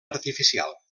artificial